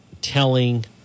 telling